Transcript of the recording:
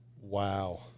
Wow